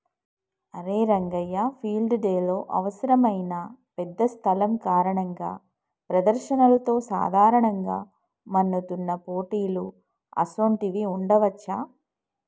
అరే రంగయ్య ఫీల్డ్ డెలో అవసరమైన పెద్ద స్థలం కారణంగా ప్రదర్శనలతో సాధారణంగా మన్నుతున్న పోటీలు అసోంటివి ఉండవచ్చా